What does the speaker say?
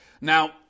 Now